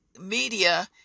media